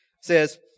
says